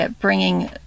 bringing